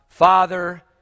Father